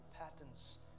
patterns